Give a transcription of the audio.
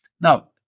now